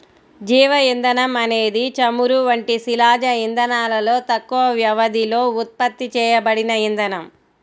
జీవ ఇంధనం అనేది చమురు వంటి శిలాజ ఇంధనాలలో తక్కువ వ్యవధిలో ఉత్పత్తి చేయబడిన ఇంధనం